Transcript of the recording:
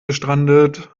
gestrandet